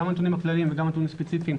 גם הנתונים הכלליים וגם הנתונים הספציפיים,